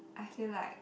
I feel like